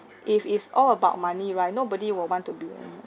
if it's all about money right nobody will want to be